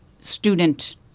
student